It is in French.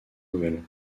nouvelles